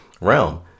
realm